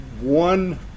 one